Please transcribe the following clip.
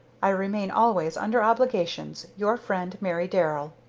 i remain, always under obligations, your friend, mary darrell.